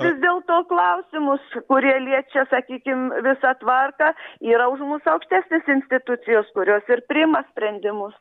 vis dėlto klausimus kurie liečia sakykime visą tvarką yra už mus aukštesnės institucijos kurios ir priima sprendimus